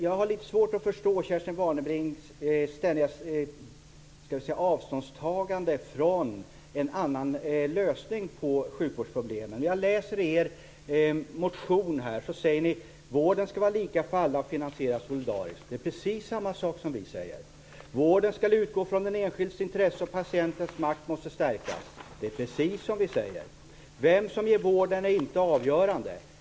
Jag har litet svårt att förstå Kerstin Warnerbrings ständiga avståndstagande mot en annan lösning på sjukvårdsproblemen. I er motion säger ni: "Vården skall vara lika för alla och finansieras solidariskt." Det är precis samma sak som vi säger. Ni säger: "Vården skall utgå från den enskildes intresse och patientens makt måste stärkas." Det är precis som vi säger. Ni säger: "Vem som ger vården är inte avgörande."